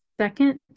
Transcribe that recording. second